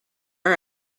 are